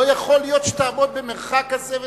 לא יכול להיות שתעמדו במרחק כזה ותדברו.